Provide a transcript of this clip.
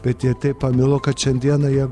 bet jie taip pamilo kad šiandieną jie